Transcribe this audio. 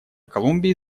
колумбии